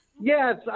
Yes